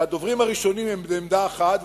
שהדוברים הראשונים הם בעמדה אחת,